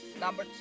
number